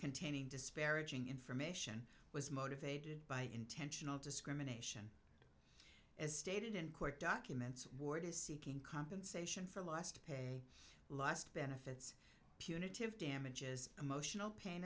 containing disparaging information was motivated by intentional discrimination as stated in court documents ward is seeking compensation for lost pay lost benefits punitive damages emotional pain